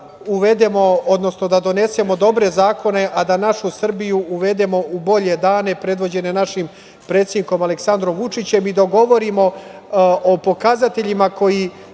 uvedemo, odnosno da donesemo dobre zakone, a da našu Srbiju uvedemo u bolje dane predvođene našim predsednikom Aleksandrom Vučićem i dok govorimo o pokazateljima koji